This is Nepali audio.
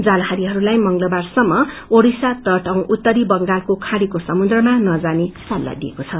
जालहारीहरूलाई मंगलवारसम्म ओड़िसा तट औ उत्तरी बंगालको खाड़ीको समुन्द्रमा नजाने सल्लाह दिइएको छ